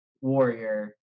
warrior